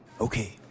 Okay